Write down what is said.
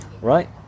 Right